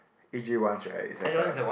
A J ones right is like a